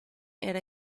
era